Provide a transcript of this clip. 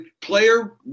player